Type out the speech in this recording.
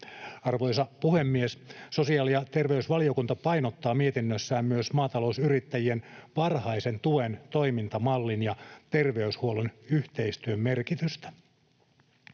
Arvoisa puhemies! Sosiaali- ja terveysvaliokunta painottaa mietinnössään myös maatalousyrittäjien varhaisen tuen toimintamallin ja työterveyshuollon yhteistyön merkitystä.